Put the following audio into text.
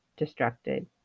destructed